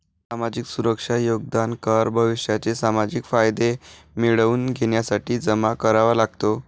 सामाजिक सुरक्षा योगदान कर भविष्याचे सामाजिक फायदे मिळवून घेण्यासाठी जमा करावा लागतो